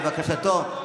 לבקשתו,